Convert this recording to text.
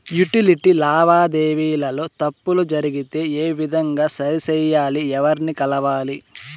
Utility లావాదేవీల లో తప్పులు జరిగితే ఏ విధంగా సరిచెయ్యాలి? ఎవర్ని కలవాలి?